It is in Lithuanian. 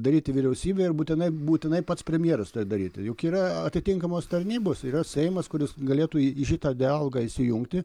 daryti vyriausybė ir būtinai būtinai pats premjeras tai daryti juk yra atitinkamos tarnybos yra seimas kuris galėtų į šitą dialogą įsijungti